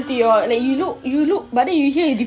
ya